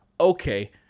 okay